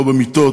לא במיטות,